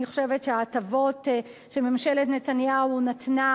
אני חושבת שההטבות שממשלת נתניהו נתנה